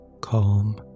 Calm